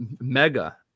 mega